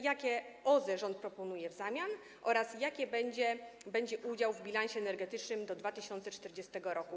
Jakie OZE rząd proponuje w zamian oraz jaki będzie ich udział w bilansie energetycznym do 2040 r.